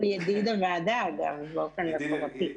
הוא ידיד הוועדה, אגב, באופן מסורתי.